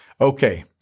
Okay